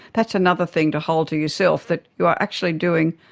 that's another thing to hold to yourself, that you are actually doing.